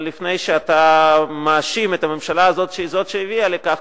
אבל לפני שאתה מאשים את הממשלה הזאת שהיא זאת שהביאה לכך,